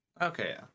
Okay